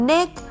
Nick